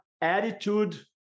attitude